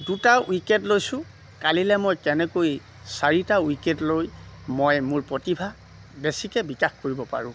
দুটা উইকেট লৈছোঁ কালিলে মই কেনেকৈ চাৰিটা উইকেট লৈ মই মোৰ প্ৰতিভা বেছিকে বিকাশ কৰিব পাৰোঁ